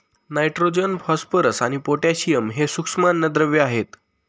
nitrogen, phosphorus आणि potassium हे सूक्ष्म अन्नद्रव्ये आहेत